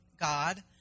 God